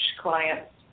clients